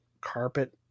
carpet